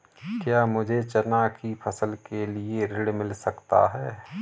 क्या मुझे चना की फसल के लिए ऋण मिल सकता है?